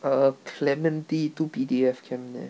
err clementi two P D F camp there